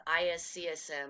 ISCSM